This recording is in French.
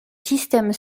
système